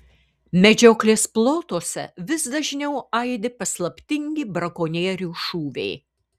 medžioklės plotuose vis dažniau aidi paslaptingi brakonierių šūviai